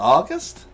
August